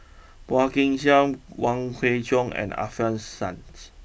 Phua Kin Siang Wong Kwei Cheong and Alfian Sa'at